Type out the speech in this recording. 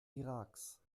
iraks